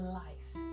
life